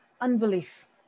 unbelief